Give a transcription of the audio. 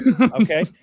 okay